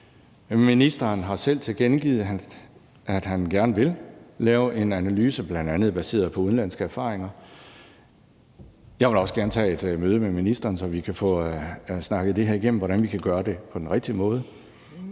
Ministeren har selv tilkendegivet, at han gerne vil lave en analyse, bl.a. baseret på udenlandske erfaringer. Jeg vil også gerne tage et møde med ministeren, så vi kan få snakket igennem, hvordan vi kan gøre det her på den rigtige måde.